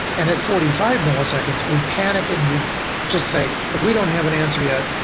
and at forty five milliseconds, we panic and we just say, if we don't have an answer yet,